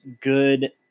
good